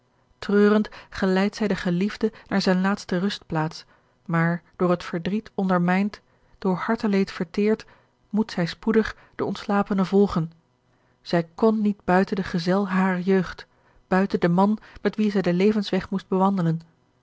geleidt zij den geliefde naar zijne laatste rustplaats maar door het verdriet ondermijnd door harteleed verteerd moet zij spoedig den ontslapene volgen zij kon niet buiten den gezel harer jeugd buiten den man met wien zij den levensweg moest bewandelen